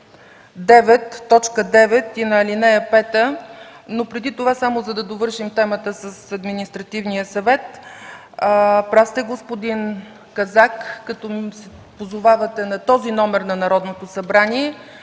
т. 9 и на ал. 5, но преди това само да довършим темата с Административния съвет. Прав сте, господин Казак, като се позовавате на този номер на Народното събрание.